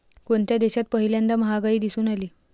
कोणत्या देशात पहिल्यांदा महागाई दिसून आली?